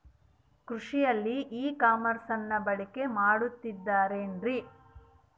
ಕೃಷಿಯಲ್ಲಿ ಇ ಕಾಮರ್ಸನ್ನ ಬಳಕೆ ಮಾಡುತ್ತಿದ್ದಾರೆ ಏನ್ರಿ?